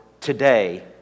today